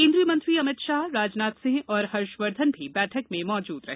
केंद्रीय मंत्री अमित शाहए राजनाथ सिंह और हर्षवर्धन भी बैठक में मौजूद रहे